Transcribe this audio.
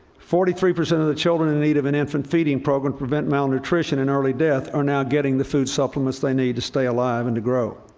forty three percent of the children in need of an infant feeding program to prevent malnutrition and early death are now getting the food supplements they need to stay alive and to grow.